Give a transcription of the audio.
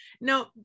no